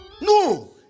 No